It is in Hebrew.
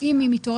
אני אומר